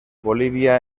bolivia